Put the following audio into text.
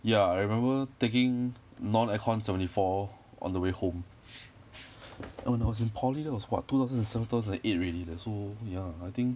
ya I remember taking non aircon seventy four on the way home when I was in poly that was what two thousand and seven two thousand and eight already leh so ya I think